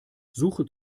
suche